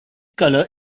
colour